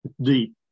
deep